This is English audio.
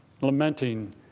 lamenting